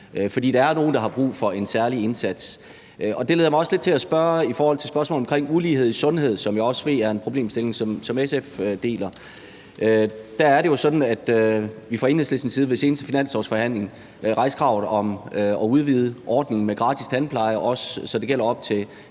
For der er nogle, der har brug for en særlig indsats. Det leder mig hen til at stille et spørgsmål omkring ulighed i sundhed, som jeg også ved er en problemstilling, som SF deler. Der er det jo sådan, at vi fra Enhedslistens side ved den seneste finanslovsforhandling rejste kravet om at udvide ordningen med gratis tandpleje, så den også gælder unge